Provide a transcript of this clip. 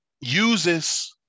uses